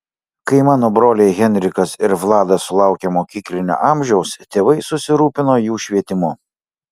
kai mano broliai henrikas ir vladas sulaukė mokyklinio amžiaus tėvai susirūpino jų švietimu